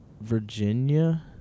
Virginia